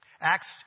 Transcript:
Acts